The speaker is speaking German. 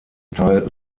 teil